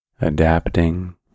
adapting